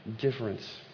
difference